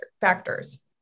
factors